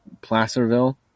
Placerville